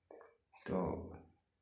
तो